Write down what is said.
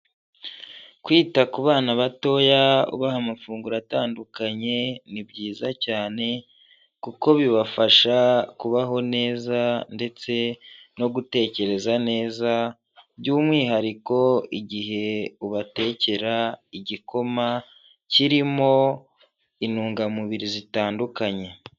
Kwita ku bana batoya ubaha amafunguro atandukanye ni byiza cyane, kuko bibafasha kubaho neza ndetse no gutekereza neza by'umwihariko igihe ubatekera igikoma kirimo intungamubiri zitandukanye.